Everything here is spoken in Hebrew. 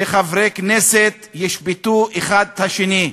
וחברי כנסת ישפטו אחד את השני.